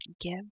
give